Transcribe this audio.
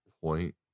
point